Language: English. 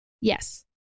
Yes